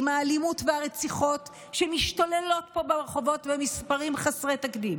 עם האלימות והרציחות שמשתוללות פה ברחובות במספרים חסרי תקדים,